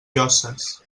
llosses